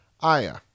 Aya